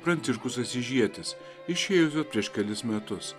pranciškus asyžietis išėjusios prieš kelis metus